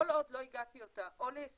כל עוד לא הגענו איתה או להסכם